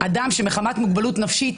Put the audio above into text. "אדם שמחמת מוגבלות נפשית,